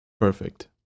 perfect